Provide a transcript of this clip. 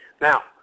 Now